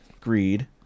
Greed